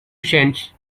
cents